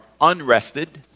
unrested